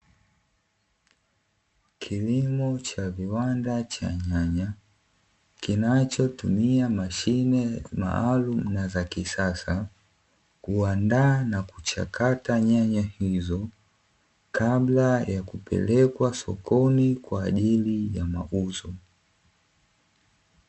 Kilimo cha viwanda cha nyanya kinachotumia mashine maalumu na za kisasa, kuandaa na kuchakata nyanya hizo kabla ya kupelekwa sokoni kwa ajili ya mauzo.